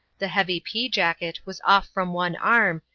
the heavy pea-jacket was off from one arm,